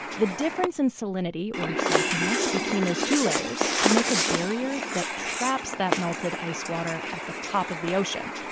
the difference in salinity, or saltiness, between those two layers can make a barrier that traps that melted ice water at the top of the ocean.